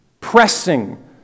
pressing